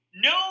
no